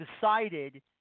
decided